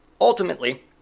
ultimately